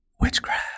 witchcraft